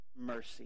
mercy